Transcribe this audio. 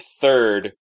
third